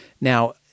Now